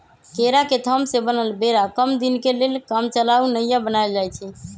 केरा के थम से बनल बेरा कम दीनके लेल कामचलाउ नइया बनाएल जाइछइ